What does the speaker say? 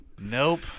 Nope